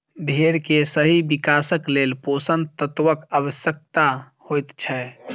भेंड़ के सही विकासक लेल पोषण तत्वक आवश्यता होइत छै